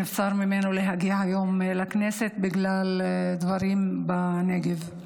שנבצר ממנו להגיע היום לכנסת בגלל דברים בנגב.